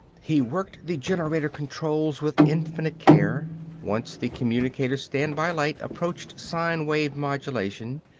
he worked the generator-controls with infinite care. once the communicator's standby light approached sine-wave modulation.